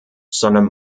sondern